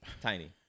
Tiny